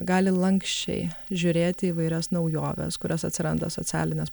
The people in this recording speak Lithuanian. gali lanksčiai žiūrėt į įvairias naujoves kurios atsiranda socialinės